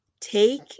take